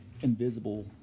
invisible